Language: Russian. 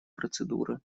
процедуры